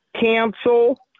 cancel